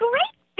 Great